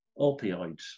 opioids